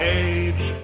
age